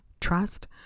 trust